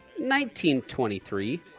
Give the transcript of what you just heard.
1923